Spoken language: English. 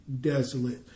desolate